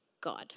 God